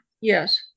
yes